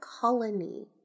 colony